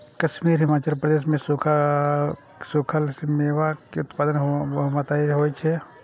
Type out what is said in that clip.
कश्मीर, हिमाचल प्रदेश मे सूखल मेवा के उत्पादन बहुतायत मे होइ छै